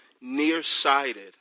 nearsighted